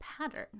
pattern